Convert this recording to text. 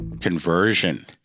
conversion